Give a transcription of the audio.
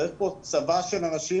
צריך כאן צבא של אנשים.